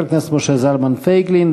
חבר הכנסת משה זלמן פייגלין,